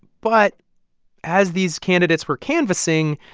but as these candidates were canvassing,